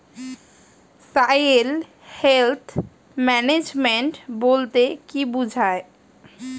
Soil health management বলতে কি বুঝায়?